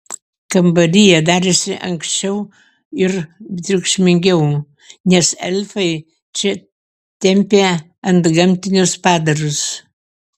kambaryje darėsi ankščiau ir triukšmingiau nes elfai čia tempė antgamtinius padarus